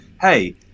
hey